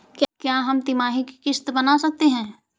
क्या हम तिमाही की किस्त बना सकते हैं?